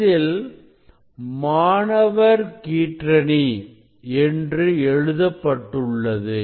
இதில் மாணவர் கீற்றணி என்று எழுதப்பட்டுள்ளது